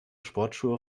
sportschuhe